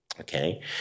okay